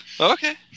Okay